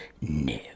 No